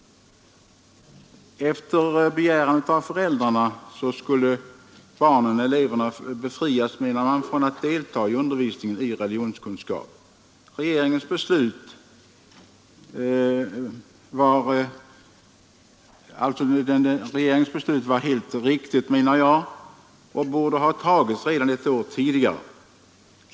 Beslutet innebar att eleverna efter begäran från föräldrarna finge befrias från att delta i undervisningen i religionskunskap. Regeringens beslut var enligt min mening helt riktigt och borde ha fattats redan ett år tidigare.